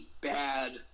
bad